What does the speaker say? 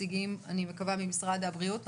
תיכף אני ארצה שנעבור על המדינות החדשות שכולל הצו החדש,